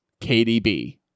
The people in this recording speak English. KDB